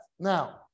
Now